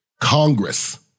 Congress